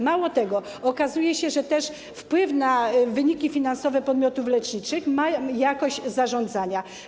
Mało tego, okazuje się, że wpływ na wyniki finansowe podmiotów leczniczych ma też jakość zarządzania.